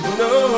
no